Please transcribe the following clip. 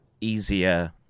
easier